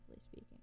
speaking